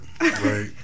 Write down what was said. Right